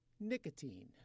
nicotine